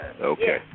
Okay